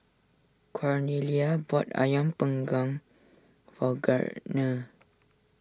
Cornelia bought Ayam Panggang for Gardner